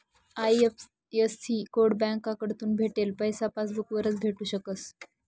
IFSC code बँककडथून भेटेल पैसा पासबूक वरच भेटू शकस